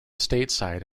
stateside